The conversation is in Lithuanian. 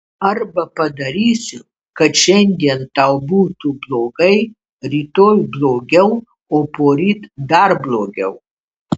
arba padarysiu kad šiandien tau būtų blogai rytoj blogiau o poryt dar blogiau